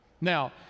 Now